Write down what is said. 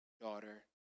daughter